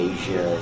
Asia